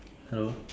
hello